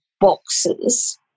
boxes